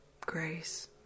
grace